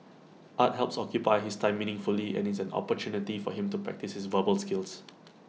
art helps occupy his time meaningfully and is an opportunity for him to practise his verbal skills